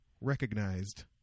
recognized